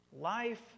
life